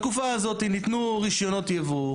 בתקופה הזאת ניתנו רישיונות ייבוא,